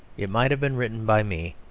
it might have been written by me.